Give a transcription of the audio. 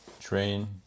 train